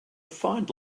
find